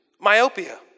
myopia